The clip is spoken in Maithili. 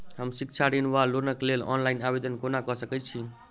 हम शिक्षा ऋण वा लोनक लेल ऑनलाइन आवेदन कोना कऽ सकैत छी?